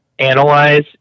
analyze